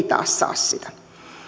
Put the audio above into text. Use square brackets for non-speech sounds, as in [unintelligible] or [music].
[unintelligible] taas ei saa sitä